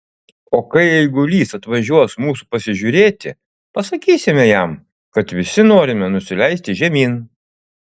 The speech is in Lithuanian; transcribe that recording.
o kai eigulys atvažiuos mūsų pasižiūrėti pasakysime jam kad visi norime nusileisti žemyn